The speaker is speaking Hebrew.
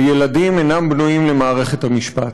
וילדים אינם בנויים למערכת המשפט.